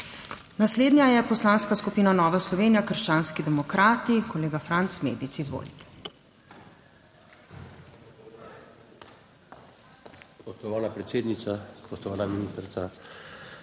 Naslednja je Poslanska skupina Nova Slovenija krščanski demokrati, kolega Franc Medic, izvolite.